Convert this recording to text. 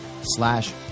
slash